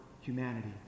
humanity